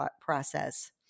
process